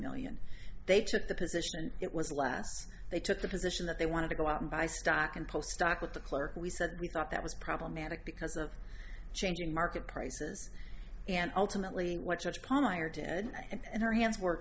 million they took the position it was last they took the position that they wanted to go out and buy stock and post stock with the clerk we said we thought that was problematic because of changing market prices and ultimately what such palmyre did and her hands were